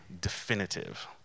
definitive